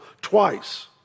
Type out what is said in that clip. twice